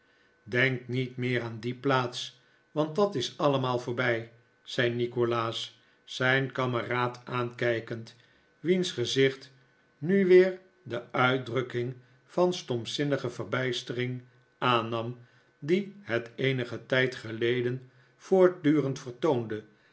denk niet meer aan die plaats want dat is allemaal voorbij zei nikolaas zijn kameraad aankijkend wiens gezicht nu weer de uitdrukking van stompzinnige verbijstering aannam die het eenigen tijd geleden voortdurend vertoonde